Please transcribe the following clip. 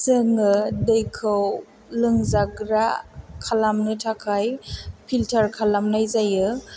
जोङो दैखौ लोंजाग्रा खालामनो थाखाय फिल्टार खालामनाय जायो